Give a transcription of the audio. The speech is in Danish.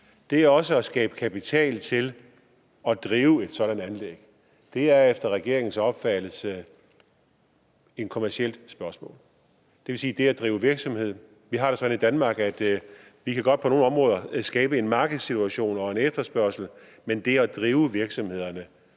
Det er også at skabe kapital til at drive et sådant anlæg. Det at drive virksomhed er efter regeringens opfattelse et kommercielt spørgsmål. Vi har det sådan i Danmark, at vi godt på nogle områder kan skabe en markedssituation og en efterspørgsel, men det at drive virksomhederne